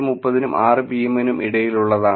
30 നും 6 pm നും ഇടയിൽ ഉള്ളതാണ്